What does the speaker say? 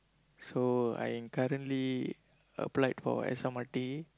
so I am currently applied for S_M_R_T